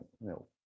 no